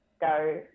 go